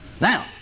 Now